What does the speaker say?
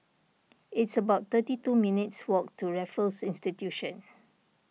it's about thirty two minutes' walk to Raffles Institution